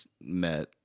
met